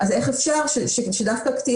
אני חושבת שחלק מהסיפור הזה הוא תודעה ומילים